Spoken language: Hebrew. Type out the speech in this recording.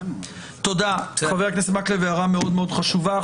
תודה חבר הכנסת מקלב, הערה מאוד מאוד חשובה.